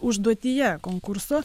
užduotyje konkurso